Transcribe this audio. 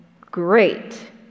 great